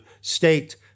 state